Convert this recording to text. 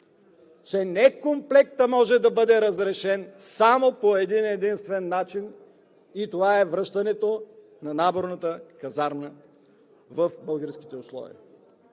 Некомплектът може да бъде разрешен само по един-единствен начин и това е връщането на наборната казарма в българските условия.